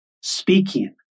speaking